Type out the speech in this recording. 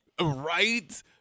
Right